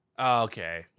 Okay